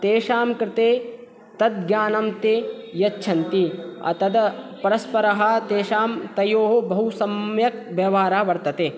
तेषाङ्कृते तद् ज्ञानं ते यच्छन्ति तद् परस्परं तेषां तयोः बहु सम्यक् व्यवहारः वर्तते